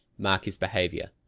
mark his behaviour.